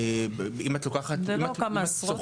אם את סוכמת --- זה לא כמה עשרות,